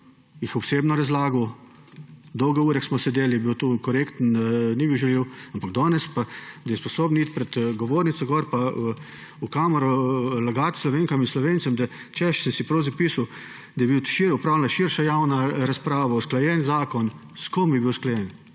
jih osebno razlagal, dolge ure, ko smo sedeli, je bil tukaj korekten, ni bil žaljiv, ampak danes pa, da je sposoben iti pred govornico in v kamero lagati Slovenkam in Slovencem, češ – sem si prav zapisal – da je bila opravljena širša javna razprava, usklajen zakon. S kom je bil usklajen?